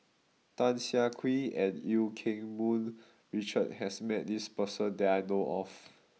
Tan Siah Kwee and Eu Keng Mun Richard has met this person that I know of